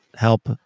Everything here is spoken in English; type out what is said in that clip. help